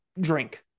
Drink